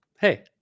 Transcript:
Hey